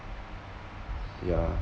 yeah